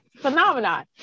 Phenomenon